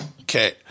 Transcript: okay